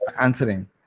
answering